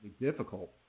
difficult